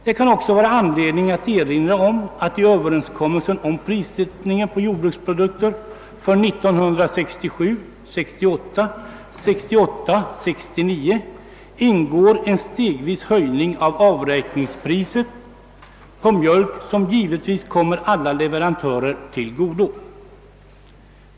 Det kan också finnas anledning att erinra om att i överenskommelsen om prissättningen på mjölk för åren 1967 69 ingår en stegvis företagen höjning av avräkningspriset på mjölk, vilken givetvis kommer alla leverantörer till godo.